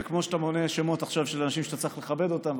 זה כמו שאתה מונה שמות של אנשים שאתה צריך לכבד אותם,